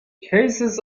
cases